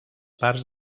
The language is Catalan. parts